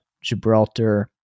Gibraltar